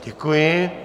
Děkuji.